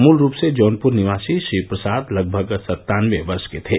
मूल रूप से जौनपुर निवासी श्री प्रसाद लगभग सत्तानबे वर्ष के थे